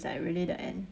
like really the end